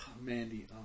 Mandy